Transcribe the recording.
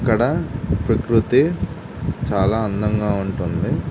అక్కడ ప్రకృతి చాలా అందంగా ఉంటుంది